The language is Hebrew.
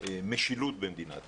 משילות במדינת ישראל.